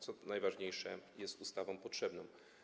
Co najważniejsze, jest ona ustawą potrzebną.